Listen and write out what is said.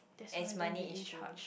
as money issue